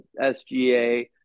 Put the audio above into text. SGA